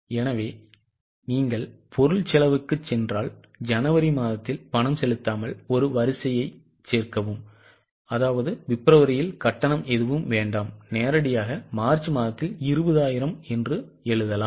எனவே நீங்கள் பொருள் செலவுக்குச் சென்றால் ஜனவரி மாதத்தில் பணம் செலுத்தாமல் ஒரு வரிசையைச் சேர்க்கவும்பிப்ரவரியில் கட்டணம் எதுவும் வேண்டாம் நேரடியாக மார்ச் மாதத்தில் 20000 எழுதலாம்